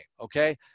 okay